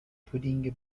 پودینگ